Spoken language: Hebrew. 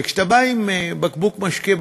וכשאתה בא עם בקבוק משקה,